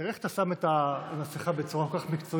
תראה איך אתה שם את המסכה בצורה כל כך מקצועית,